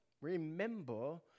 remember